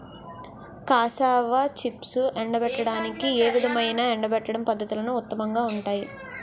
Cassava చిప్స్ను ఎండబెట్టడానికి ఏ విధమైన ఎండబెట్టడం పద్ధతులు ఉత్తమంగా ఉంటాయి?